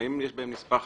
האם יש בהם נספח